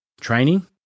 training